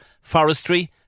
forestry